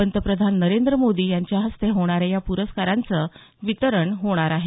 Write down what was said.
पंतप्रधान नोंद्र मोदी यांच्या हस्ते होणाऱ्या या प्रस्काराचं वितरण होणार आहे